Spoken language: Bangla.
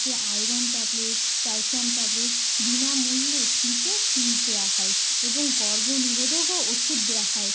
যে আয়রন ট্যাবলেট ক্যালসিয়াম ট্যাবলেট বিনামূল্যে ফ্রিতে দেওয়া হয় এবং গর্ভনিরোধকও ওষুধ দেওয়া হয়